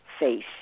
face